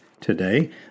today